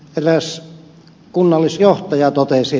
eräs kunnallisjohtaja totesi